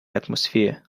atmosphere